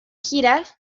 gira